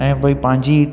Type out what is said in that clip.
ऐं भाई पंहिंजी